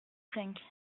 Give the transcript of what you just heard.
cinq